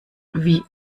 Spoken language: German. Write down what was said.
wie